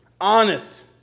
honest